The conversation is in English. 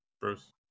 Bruce